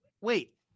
wait